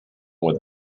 with